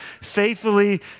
faithfully